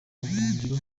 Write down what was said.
ubuhungiro